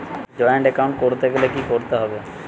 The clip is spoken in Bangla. জয়েন্ট এ্যাকাউন্ট করতে গেলে কি করতে হবে?